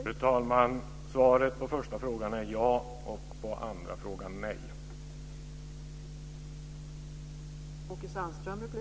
Fru talman! Svaret på den första frågan är ja, och svaret på den andra frågan är nej.